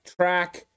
track